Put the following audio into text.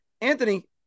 Anthony